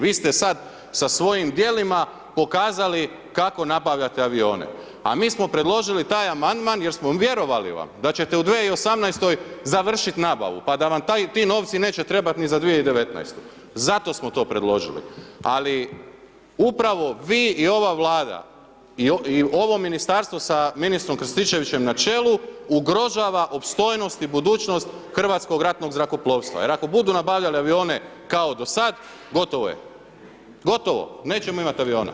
Vi ste sad sa svojim dijelima pokazali kako nabavljate avione, a mi smo predložili taj amandman jer smo vjerovali vam da ćete u 2018. završit nabavu, pa da vam ti novci neće trebat ni za 2019., zato smo to predložili, ali upravo vi i ova Vlada i ovo ministarstvo sa ministrom Krstičevićem na čelu ugrožava opstojnost i budućnost Hrvatskog ratnog zrakoplovstva jer ako budu nabavljali avione kao do sad, gotovo je, gotovo, nećemo imat aviona.